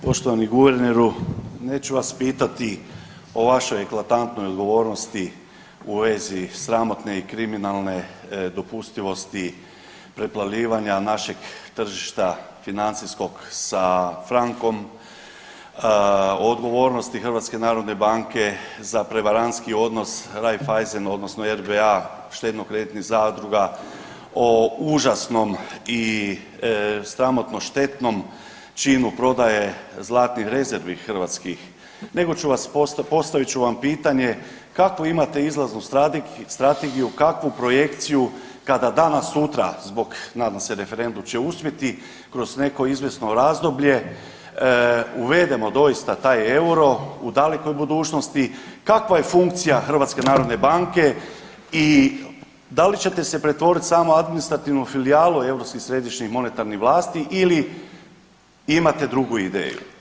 Poštovani guverneru, neću vas pitati o vašoj eklatantnoj odgovornosti u vezi sramotne i kriminalne dopustivosti preplavljivanja našeg tržišta financijskog da frankom, odgovornosti HNB-a za prevarantski odnos Raiffeisen odnosno RBA štedno-kreditnih zadruga, o užasnom i sramotno štetnom činu prodaje zlatnih rezervi hrvatskih, nego ću vas postaviti, postavit ću vam pitanje kakvu imate izlaznu strategiju, kakvu projekciju kada danas-sutra zbog, nadam se, referendum će uspjeti, kroz neko izvjesno razdoblje uvedemo doista taj euro u dalekoj budućnosti, kakva je funkcija HNB-a i da li ćete se pretvoriti samo u administrativnu filijalu europskih središnjih monetarnih vlasti ili imate drugu ideju?